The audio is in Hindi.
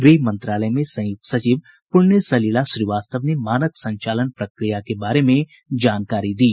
गृह मंत्रालय में संयुक्त सचिव पुण्य सलिला श्रीवास्तव ने मानक संचालन प्रक्रिया के बारे में जानकारी दी